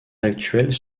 actuelles